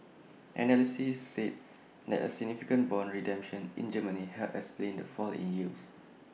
analysts said that A significant Bond redemption in Germany helped explain the fall in yields